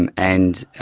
and and